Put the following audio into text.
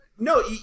No